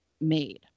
made